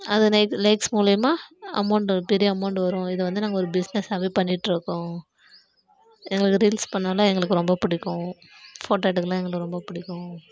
அது லைக்ஸ் மூலிமா அமௌண்டு பெரிய அமௌண்டு வரும் இதை வந்து நாங்கள் ஒரு பிஸ்னஸ்ஸாகவே பண்ணிகிட்டுருக்கோம் எங்களுக்கு ரீல்ஸ் பண்ணாலும் எங்களுக்கு ரொம்ப பிடிக்கும் ஃபோட்டோ எடுக்கல்லாம் எங்களுக்கு ரொம்ப பிடிக்கும்